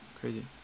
Crazy